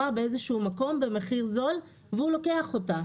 באיזה שהוא מקום במחיר זול והוא לוקח אותה.